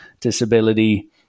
disability